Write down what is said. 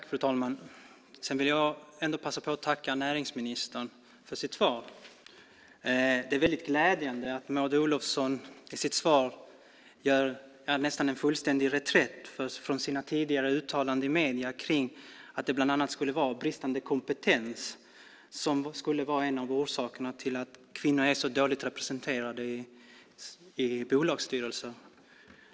Fru talman! Jag vill passa på att tacka näringsministern för svaret. Det är väldigt glädjande att Maud Olofsson i sitt svar gör nästan en fullständig reträtt från sina tidigare uttalanden i medierna att bland annat bristande kompetens skulle vara en av orsakerna till att kvinnor är så dåligt representerade i bolagsstyrelser.